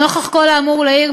נוכח כל האמור לעיל,